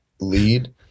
lead